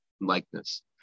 likeness